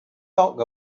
talk